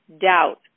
doubt